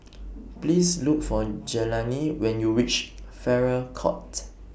Please Look For Jelani when YOU REACH Farrer Court